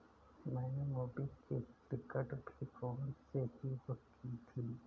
मैंने मूवी की टिकट भी फोन पे से ही बुक की थी